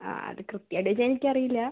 ആ അത് കൃത്യമായിട്ട് ചോദിച്ചാൽ എനിക്കറിയില്ല